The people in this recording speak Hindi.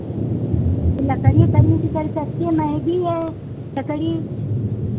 लकड़ी खरीद कर कच्ची महंगी है लकड़ी